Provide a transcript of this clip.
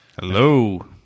hello